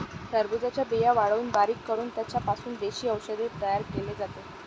टरबूजाच्या बिया वाळवून बारीक करून त्यांचा पासून देशी औषध तयार केले जाते